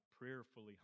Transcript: prayerfully